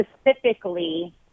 specifically